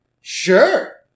sure